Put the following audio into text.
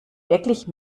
wirklich